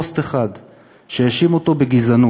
פוסט אחד שהאשים אותו בגזענות.